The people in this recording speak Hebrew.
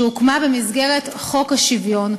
שהוקמה במסגרת חוק השוויון,